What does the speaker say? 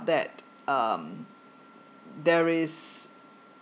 that um there is